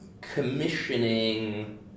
commissioning